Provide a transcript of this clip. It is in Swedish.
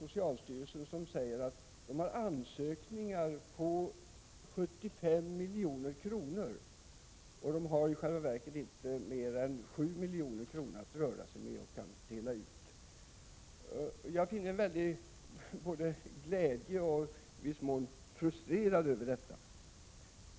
Socialstyrelsen meddelar nämligen att det har kommit in ansökningar, där man totalt begär 75 milj.kr. Men i själva verket har socialstyrelsen inte mer än 7 milj.kr. att fördela. Jag känner glädje, men också i viss mån frustration i detta avseende.